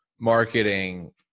marketing